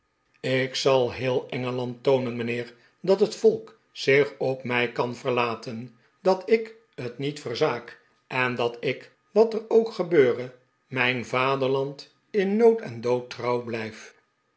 ik zal heel engeland toonen mijnheer dat het volk zich op mij kan verlaten dat ik het niet verzaak en dat ik wat er ook gebeure mijn vaderland in nood en dood trouw blijf